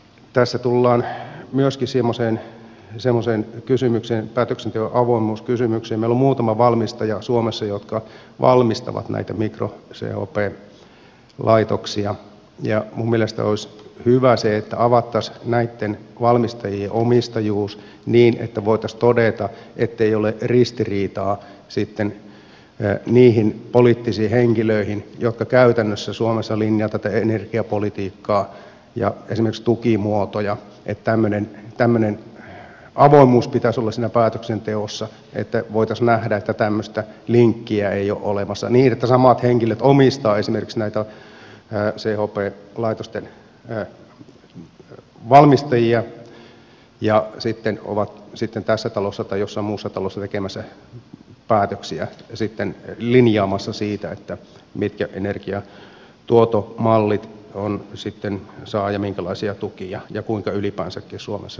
tässä tullaan myöskin semmoiseen kysymykseen päätöksenteon avoimuuskysymykseen että meillä on muutama valmistaja suomessa jotka valmistavat näitä mikro chp laitoksia ja minun mielestäni olisi hyvä se että avattaisiin näitten valmistajien omistajuus niin että voitaisiin todeta ettei ole ristiriitaa sitten niihin poliittisiin henkilöihin jotka käytännössä suomessa linjaavat tätä energiapolitiikkaa ja esimerkiksi tukimuotoja että tämmöinen avoimuus pitäisi olla siinä päätöksenteossa että voitaisiin nähdä että tämmöistä linkkiä ei ole olemassa niin että samat henkilöt omistavat esimerkiksi näitä chp laitosten valmistajia ja sitten ovat tässä talossa tai jossain muussa talossa tekemässä päätöksiä ja sitten linjaamassa sitä mitkä energiatuoton mallit sitten saavat ja minkälaisia tukia ja kuinka ylipäänsäkin suomessa